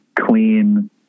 clean